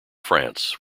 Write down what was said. france